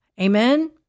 Amen